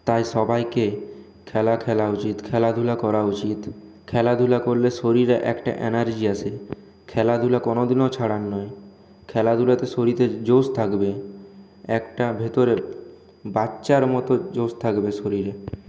তাই সবাইকে খেলা খেলা উচিত খেলাধূলা করা উচিত খেলাধূলা করলে শরীরে একটা এনার্জি আসে খেলাধূলা কোনোদিনও ছাড়ার নয় খেলাধূলাতে শরীতে জোশ থাকবে একটা ভিতরে বাচ্চার মতো জোশ থাকবে শরীরে